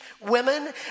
women